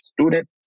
student